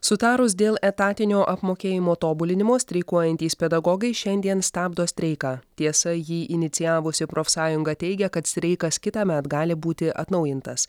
sutarus dėl etatinio apmokėjimo tobulinimo streikuojantys pedagogai šiandien stabdo streiką tiesa jį inicijavusi profsąjunga teigia kad streikas kitąmet gali būti atnaujintas